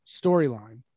storyline